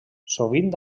sovint